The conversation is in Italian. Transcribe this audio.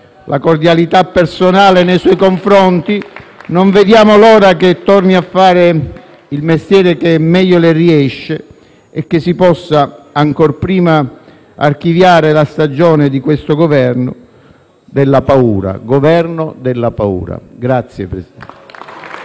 la cordialità personale nei suoi confronti, non vediamo l'ora che torni a fare il mestiere che meglio le riesce e si possa, ancor prima, archiviare la stagione di questo Governo della paura, Governo della paura! *(Applausi